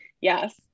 Yes